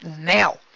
now